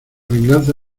venganza